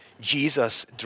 Jesus